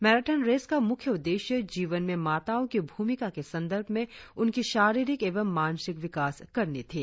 marathon race का मुख्य उद्देश्य जीवन में माताओं की भूमिका के संदर्भ में उनकी शारिरीक एवं मानसिक विकास करनी थी